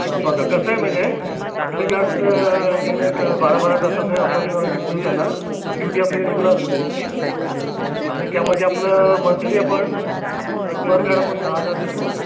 हा बघा कसं आहे माहिती आहे आपले गार्डसचा डे नाईट बारा बारा तास आपण ड्युटी देऊ त्यांना ड्युटी आपली रेग्युलर असते त्यांची आणि त्यामध्ये आपलं मंथली आपण पर गार्ड आपण दहा हजार देतो